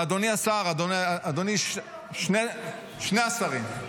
ואדוני השר, שני השרים,